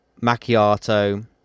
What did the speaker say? macchiato